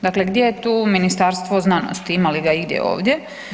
Dakle gdje je tu Ministarstvo znanosti, ima li ga igdje ovdje?